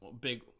Big